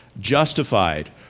justified